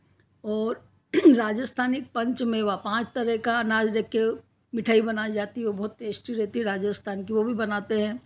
और राजस्थानी पँच मेवा पाँच तरह का अनाज रख कर मिठाई बनाई जाती है वह बहुत टेस्ट रहती राजस्थान की वह भी बनाते हैं